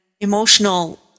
emotional